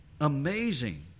amazing